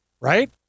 right